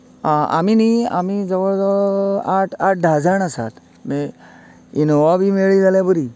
आमी नी आमी जवळ जवळ आठ आठ धा जाण आसात इनोवा बी मेळ्ळी जाल्यार बरी